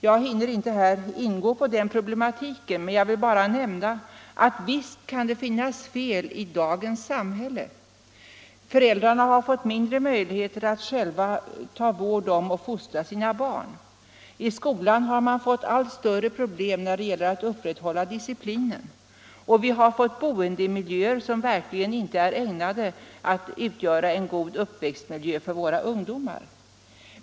Jag hinner inte här ingå på den problematiken. Visst kan det finnas fel i dagens samhälle. Föräldrarna har fått mindre möjligheter att själva ta vård om och fostra sina barn. I skolan har man fått allt större problem när det gäller att upprätthålla disciplinen. Vi har fått boendemiljöer som sannerligen inte är ägnade att utgöra en god uppväxtmiljö för våra ungdomar.